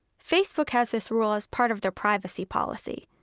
facebook has this rule as part of their privacy policy.